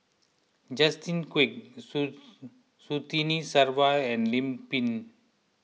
Justin Quek Surtini Sarwan and Lim Pin